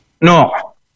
no